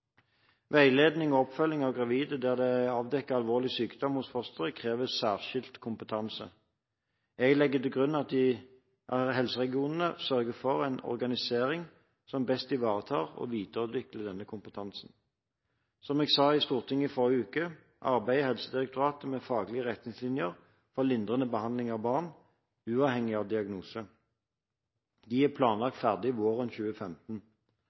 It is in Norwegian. Veiledning og oppfølging av gravide der det er avdekket alvorlig sykdom hos fosteret, krever særskilt kompetanse. Jeg legger til grunn at helseregionene sørger for en organisering som best ivaretar og videreutvikler denne kompetansen. Som jeg sa i Stortinget i forrige uke, arbeider Helsedirektoratet med faglige retningslinjer for lindrende behandling av barn, uavhengig av diagnose. De er planlagt ferdig våren 2015.